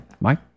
Mike